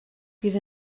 bydd